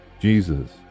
Jesus